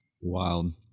Wild